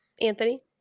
Anthony